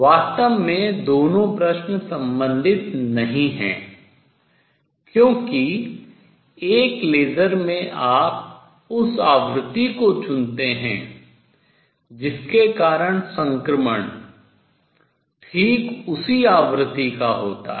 वास्तव में दोनों प्रश्न संबंधित नहीं हैं क्योंकि एक लेज़र में आप उस आवृत्ति को चुनते हैं जिसके कारण संक्रमण ठीक उसी आवृत्ति का होता है